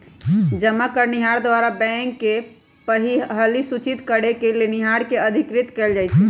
जमा करनिहार द्वारा बैंक के पहिलहि सूचित करेके लेनिहार के अधिकृत कएल जाइ छइ